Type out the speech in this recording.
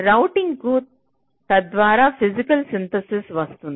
రౌటింగ్కు తర్వాత physical synthesis వస్తుంది